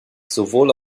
sowohl